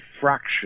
fraction